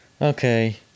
Okay